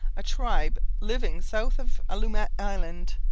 a tribe living south of allumette island,